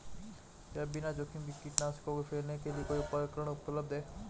क्या बिना जोखिम के कीटनाशकों को फैलाने के लिए कोई उपकरण उपलब्ध है?